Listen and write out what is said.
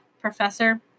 Professor